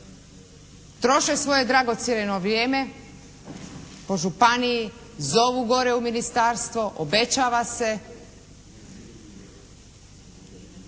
Troše svoje dragocjeno vrijeme po županiji, zovu gore u ministarstvo, obećava se